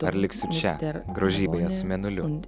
ar liksiu čia grožybės mėnuliu